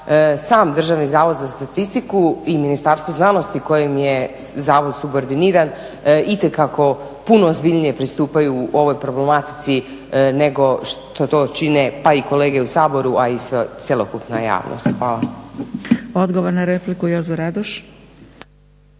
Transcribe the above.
tako da mislim da sam DZS i Ministarstvo znanosti kojem je Zavod subordiniran itekako puno ozbiljnije puno pristupaju ovoj problematici nego što to čine pa i kolege u Saboru pa i cjelokupna javnost. Hvala. **Zgrebec, Dragica